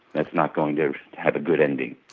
that's not going to have a good ending.